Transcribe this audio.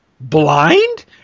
blind